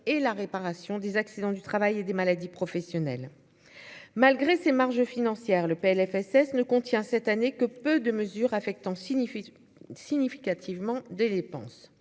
et la réparation des accidents du travail et des maladies professionnelles, malgré ses marges financières le PLFSS ne contient cette année que peu de mesures affectant signifie significativement de dépenses,